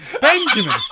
Benjamin